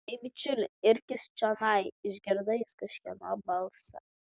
ei bičiuli irkis čionai išgirdo jis kažkieno balsą